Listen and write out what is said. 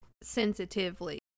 sensitively